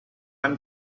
can